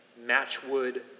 matchwood